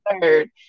third